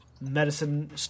medicine